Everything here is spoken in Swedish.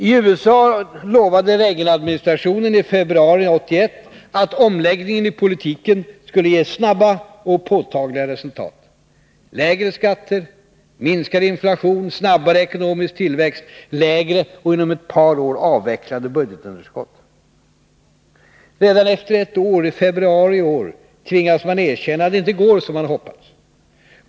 IUSA lovade Reaganadministrationen i februari 1981 att omläggningen av politiken skulle ge snabba och påtagliga resultat: lägre skatter, minskad inflation, snabbare ekonomisk tillväxt, lägre och inom ett par år avvecklade budgetunderskott. Redan efter ett år, i februari i år, tvingades man erkänna att det inte går som man hoppats.